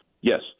yes